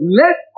let